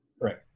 right